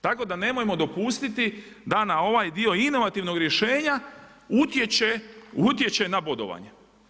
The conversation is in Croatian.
Tako da nemojmo dopustiti da na ovaj dio inovativnog rješenja utječe na bodovanje.